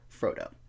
Frodo